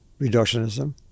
reductionism